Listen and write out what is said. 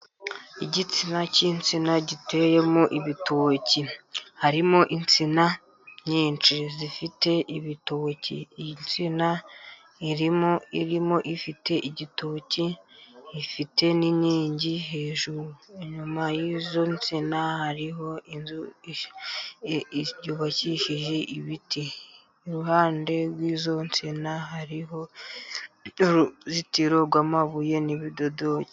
Igitsina cy'insina giteyemo ibitoki, harimo insina nyinshi zifite ibitoki, insina irimo ifite igitoki, ifite n'inkingi hejuru, inyuma y'izo nsina hariho inzu yubakishije ibiti, iruhande rw'izo nsina hariho uruzitiro rw'amabuye n'ibidodoki.